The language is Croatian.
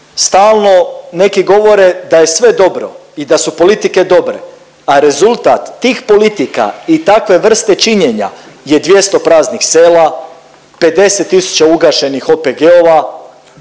stalno neki govore da je sve dobro i da su politike dobre, a rezultat tih politika i takve vrste činjenja je 200 praznih sela, 50 tisuća ugašenih OPG-ova,